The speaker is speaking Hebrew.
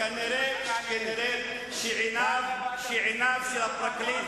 כנראה עיניו של הפרקליט